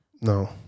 No